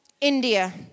India